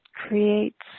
creates